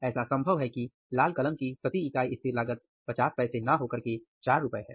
ऐसा संभव है कि लाल कलम की प्रति इकाई स्थिर लागत 50 पैसा न हो करके ₹4 है